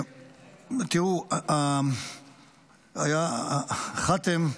תראו, חאתם,